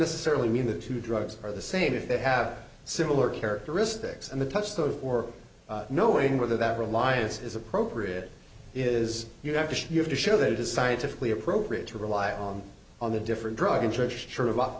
necessarily mean that two drugs are the same if they have similar characteristics and the touchstone for knowing whether that reliance is appropriate is you have to you have to show that it is scientifically appropriate to rely on on the different drug interest for about